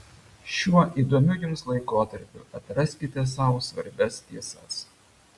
šiuo įdomiu jums laikotarpiu atraskite sau svarbias tiesas